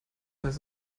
heißt